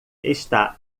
está